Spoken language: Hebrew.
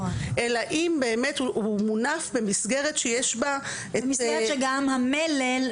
אלא אם באמת הוא מונף במסגרת שיש בה את --- במקרה שגם המלל,